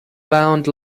bound